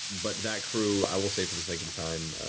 but that crew, i will say for the sake of time,